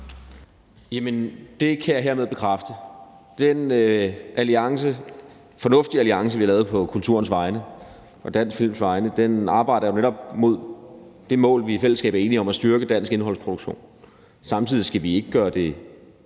Det kan jeg hermed bekræfte. Den fornuftige alliance, vi har lavet på kulturens vegne, på dansk films vegne, arbejder jo netop mod det mål, vi i fællesskab er enige om at styrke, nemlig en dansk indholdsproduktion. Samtidig skal vi ikke gøre det